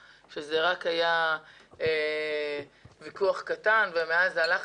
כשזה רק היה ויכוח קטן אבל מאז זה הלך